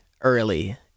early